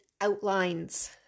outlines